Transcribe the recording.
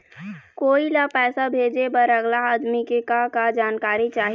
कोई ला पैसा भेजे बर अगला आदमी के का का जानकारी चाही?